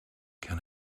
can